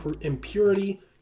impurity